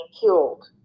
killed